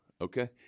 okay